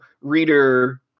reader